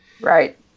Right